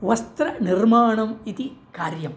वस्त्रनिर्माणम् इति कार्यम्